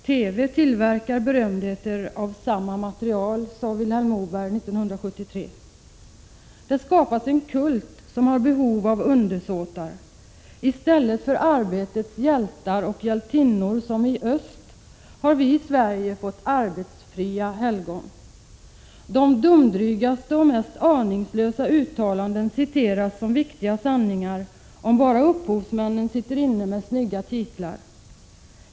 TV tillverkar berömdheter av samma material, sade Vilhelm Moberg 1973. Det skapas en kult som har behov av undersåtar. I stället för arbetets hjältar och hjältinnor som i öst har vi i Sverige fått arbetsfria helgon. De dumdrygaste och mest aningslösa uttalanden citeras som viktiga sanningar, om bara upphovsmännen sitter inne med snygga titlar.